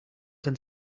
can